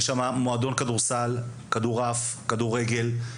יש שם מועדון כדורסל, כדור-עף, כדורגל.